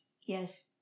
yes